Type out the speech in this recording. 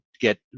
get